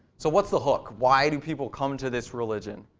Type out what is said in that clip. so what's the hook? why do people come to this religion?